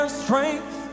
strength